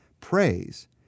Praise